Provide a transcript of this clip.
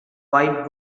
wide